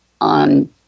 on